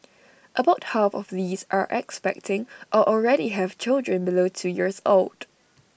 about half of these are expecting or already have children below two years old